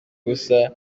ubusa